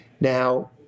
Now